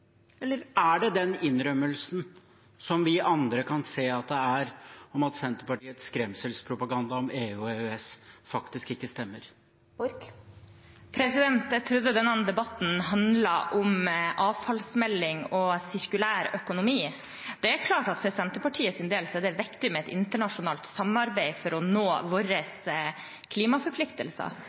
eller er det den innrømmelsen vi andre kan se at det er, av at Senterpartiets skremselspropaganda om EU og EØS faktisk ikke stemmer? Jeg trodde denne debatten handlet om avfallsmelding og sirkulær økonomi. Det er klart at for Senterpartiets del er det viktig med et internasjonalt samarbeid for å nå våre klimaforpliktelser.